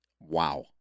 Wow